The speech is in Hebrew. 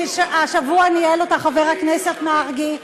שהשבוע ניהל אותה חבר הכנסת מרגי,